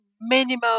minimal